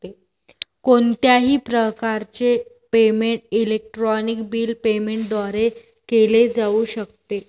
कोणत्याही प्रकारचे payment electronic bill payment द्वारे केले जाऊ शकते